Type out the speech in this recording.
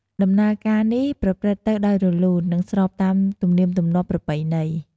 ដំណើរការនេះប្រព្រឹត្តទៅដោយរលូន និងស្របតាមទំនៀមទម្លាប់ប្រពៃណី។